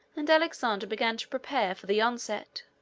and alexander began to prepare for the onset.